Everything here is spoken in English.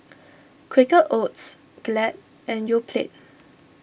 Quaker Oats Glad and Yoplait